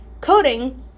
coding